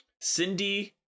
Cindy